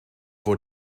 voor